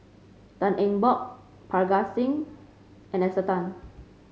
Tan Eng Bock Parga Singh and Esther Tan